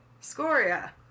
Scoria